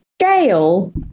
scale